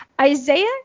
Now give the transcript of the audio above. Isaiah